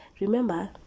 remember